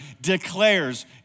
declares